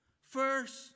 First